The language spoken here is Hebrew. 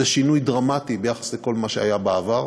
זה שינוי דרמטי ביחס לכל מה שהיה בעבר.